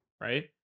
right